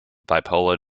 bipolar